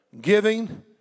giving